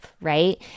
right